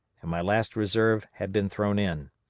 and my last reserve had been thrown in.